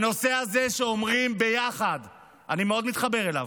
הנושא הזה שאומרים "ביחד" אני מאוד מתחבר אליו.